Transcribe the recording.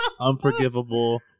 Unforgivable